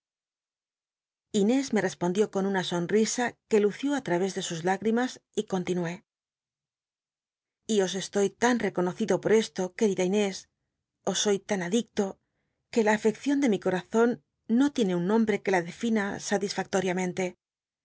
inés me respondió con una sonrisa que lució it través de sus ltigrimas y continué y os estoy tan reconocido por eslo querida inés os soy tan ad icto que la afcccion de mi corazon no tiene un nombre que la derina